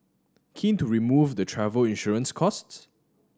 keen to remove the travel insurance costs